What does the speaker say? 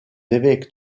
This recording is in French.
évêques